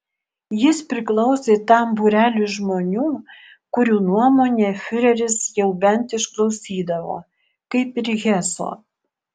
jis priklausė tam būreliui žmonių kurių nuomonę fiureris jau bent išklausydavo kaip ir heso